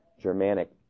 Germanic